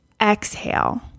exhale